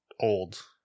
old